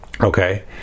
Okay